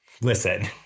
listen